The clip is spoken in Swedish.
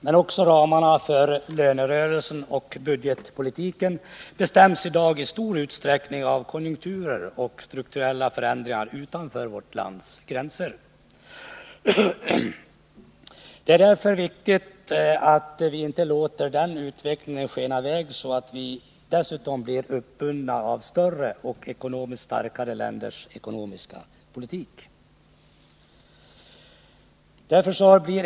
Men också ramarna för lönerörelsen och budgetpolitiken bestäms i dag i stor utsträckning av konjunkturer och strukturella förändringar utanför vårt lands gränser. Det är därför viktigt att vi inte låter den utvecklingen skena i väg så att vi dessutom blir uppbundna av större och ekonomiskt starkare länders ekonomiska politik.